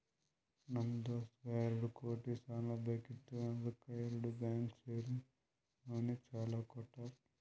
ನಮ್ ದೋಸ್ತಗ್ ಎರಡು ಕೋಟಿ ಸಾಲಾ ಬೇಕಿತ್ತು ಅದ್ದುಕ್ ಎರಡು ಬ್ಯಾಂಕ್ ಸೇರಿ ಅವ್ನಿಗ ಸಾಲಾ ಕೊಟ್ಟಾರ್